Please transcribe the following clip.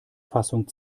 fassung